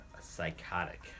psychotic